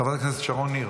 חברת הכנסת שרון ניר,